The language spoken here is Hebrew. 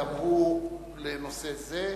גם הוא לנושא זה.